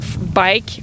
bike